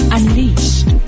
Unleashed